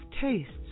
tastes